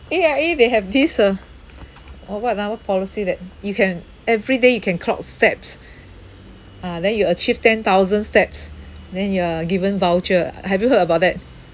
A_I_A they have this uh or what ah what policy that you can every day you can clock steps ah then you achieve ten thousand steps then you are given voucher have you heard about that